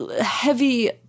heavy